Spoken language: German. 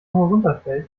herunterfällt